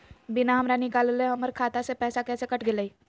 बिना हमरा निकालले, हमर खाता से पैसा कैसे कट गेलई?